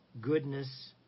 goodness